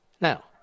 Now